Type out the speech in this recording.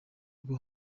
rwo